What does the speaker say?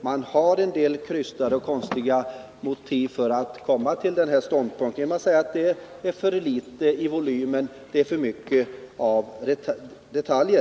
Man har en del krystade och konstiga rer å i; z ningsuppdrag a för att komma fram till denna ståndpunkt — man säger att inom skolan, regeringsförslaget är för litet i volymen och att det är för mycket detaljer.